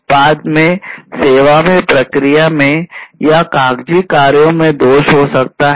उत्पाद में सेवा में या प्रक्रिया में या कागजी कार्यों में दोष हो सकते हैं